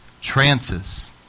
Trances